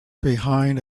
behind